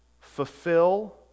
fulfill